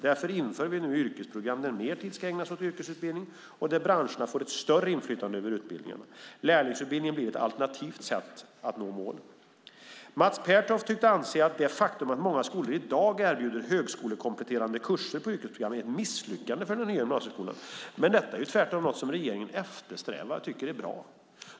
Därför inför vi nu yrkesprogram där mer tid ska ägnas åt yrkesutbildning och där branscherna får ett större inflytande över utbildningarna. Lärlingsutbildningen blir ett alternativt sätt att nå målen. Mats Pertoft tycks anse att det faktum att många skolor i dag erbjuder högskolekompletterande kurser på yrkesprogram är ett misslyckande för den nya gymnasieskolan. Men detta är ju tvärtom något som regeringen eftersträvar och tycker är bra.